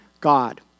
God